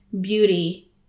Beauty